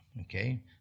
okay